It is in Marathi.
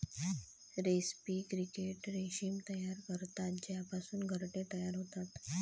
रेस्पी क्रिकेट रेशीम तयार करतात ज्यापासून घरटे तयार होतात